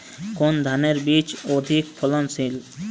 কোন ধানের বীজ অধিক ফলনশীল?